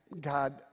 God